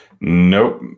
Nope